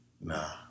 Nah